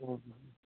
હ હ